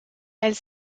elle